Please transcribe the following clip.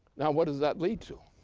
now, what does that lead to?